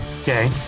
okay